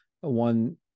one